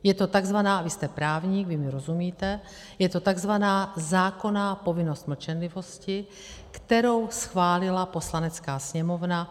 Je to takzvaná vy jste právník, vy mi rozumíte je to takzvaná zákonná povinnost mlčenlivosti, kterou schválila Poslanecká sněmovna.